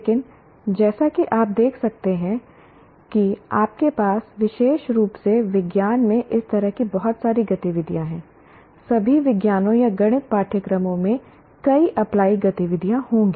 लेकिन जैसा कि आप देख सकते हैं कि आपके पास विशेष रूप से विज्ञान में इस तरह की बहुत सारी गतिविधियाँ हैं सभी विज्ञानों या गणित पाठ्यक्रमों में कई अप्लाई गतिविधियाँ होंगी